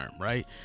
Right